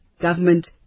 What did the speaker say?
government